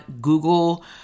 Google